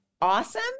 awesome